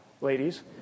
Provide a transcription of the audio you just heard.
ladies